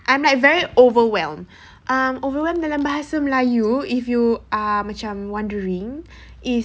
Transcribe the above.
I'm like very overwhelmed um overwhelmed dalam bahasa melayu if you um macam wondering sis